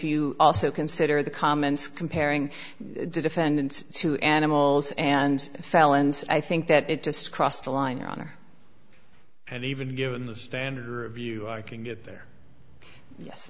you also consider the comments comparing the defendant to animals and felons i think that it just crossed the line or and even given the standard view i can get there yes